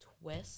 twist